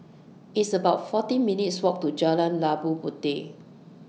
It's about fourteen minutes' Walk to Jalan Labu Puteh